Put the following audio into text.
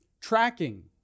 Tracking